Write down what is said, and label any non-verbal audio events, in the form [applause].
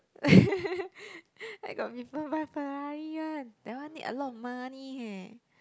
[laughs] where got people buy Ferrari one that one need a lot of money eh